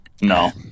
No